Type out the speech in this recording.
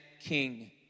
king